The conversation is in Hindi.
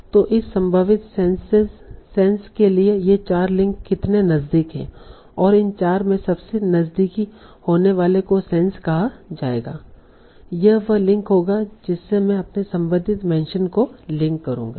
तो इस संभावित सेंस के लिए ये चार लिंक कितने नज़दीक हैं और इन चार में सबसे नज़दीकी होने वाले को सेंस कहा जाएगा Refer Time 0511 यह वह लिंक होगा जिससे मैं अपने संबंधित मेंशन को लिंक करूंगा